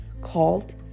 called